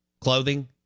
clothing